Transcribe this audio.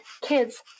kids